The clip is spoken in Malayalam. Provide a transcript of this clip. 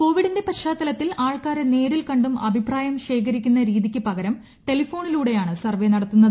കോവിഡിന്റെ പശ്ചാത്തലത്തിൽ ആൾക്കാരെ നേരിൽ കണ്ടും അഭിപ്രായം ശേഖരിക്കുന്ന രീതിയ്ക്ക് പകരം ടെലിഫോണിലൂടെയാണ് സർപ്പേ നടത്തുന്നത്